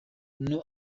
onu